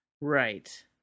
Right